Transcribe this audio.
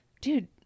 dude